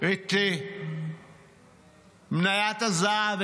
את מניית הזהב,